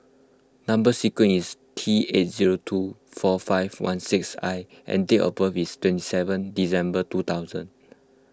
Number Sequence is T eight zero two four five one six I and date of birth is twenty seven December two thousand